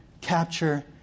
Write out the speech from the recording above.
Capture